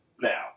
now